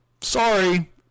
sorry